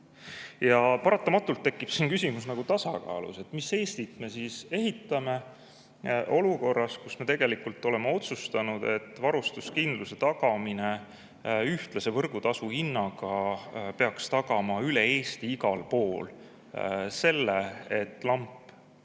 Paratamatult tekib siin küsimus tasakaalust. Mis Eestit me ehitame olukorras, kus me oleme otsustanud, et varustuskindluse tagamine ühtlase võrgutasuga peaks tagama üle Eesti igal pool ka selle, et lamp